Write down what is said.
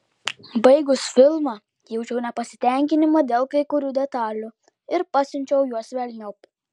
baigus filmą jaučiau nepasitenkinimą dėl kai kurių detalių ir pasiučiau juos velniop